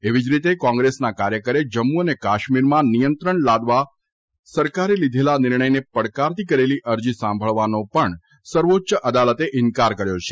એવી જ રીતે કોંગ્રેસના કાર્યકરે જમ્મુ આભાર નિહારીકા રવિયા અને કાશ્મીરમાં નિયંત્રણ લાદવાના સરકારે લીધેલા નિર્ણયને પડકારતી કરેલી અરજી સાંભળવાનો પણ સર્વોચ્ય અદાલતે ઇન્કાર કર્યો છે